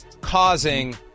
causing